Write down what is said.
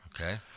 Okay